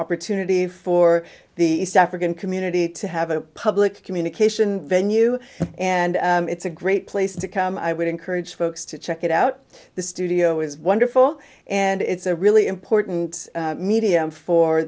opportunity for the east african community to have a public communication venue and it's a great place to come i would encourage folks to check it out the studio is wonderful and it's a really important medium for